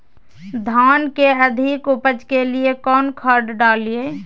धान के अधिक उपज के लिए कौन खाद डालिय?